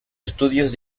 estudios